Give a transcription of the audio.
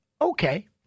Okay